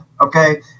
okay